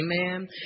amen